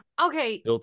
Okay